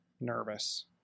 nervous